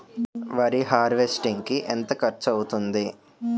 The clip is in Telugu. వరి హార్వెస్టింగ్ కి ఎంత ఖర్చు అవుతుంది?